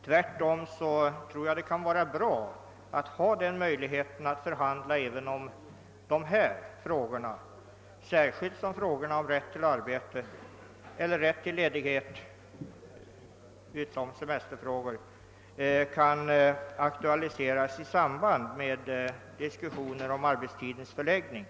Tvärtom tror jag det kan vara bra att ha denna förhandlingsmöjlighet även i de frågorna, särskilt som frågan om rätt till annan ledighet än semester kan aktualiseras i samband med diskussionen om arbetstidens förläggning.